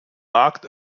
markt